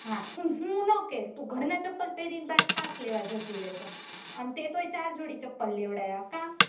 હા હું હું ન કે તું ઘરના ચંપલ પેરી બાર છાશ લેવા જતી રેસો અને તે તો ચાર જોડી ચંપલ લેવડાવ્યા કા